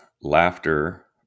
laughter